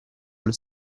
allo